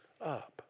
up